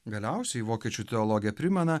galiausiai vokiečių teologė primena